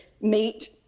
meet